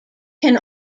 can